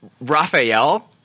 Raphael